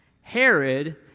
Herod